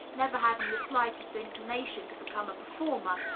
never having the slightest inclination to become a performer,